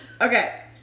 Okay